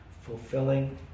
fulfilling